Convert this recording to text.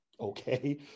okay